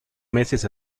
meses